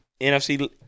NFC